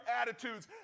attitudes